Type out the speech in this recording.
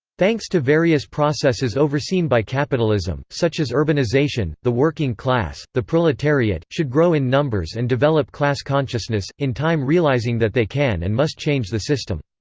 thanks to various processes overseen by capitalism, such as urbanisation, the working class, the proletariat, should grow in numbers and develop class consciousness, in time realising that they can and must change the system.